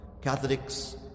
Catholics